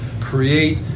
create